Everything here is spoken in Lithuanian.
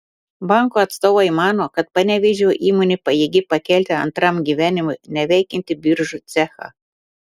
banko atstovai mano kad panevėžio įmonė pajėgi pakelti antram gyvenimui neveikiantį biržų cechą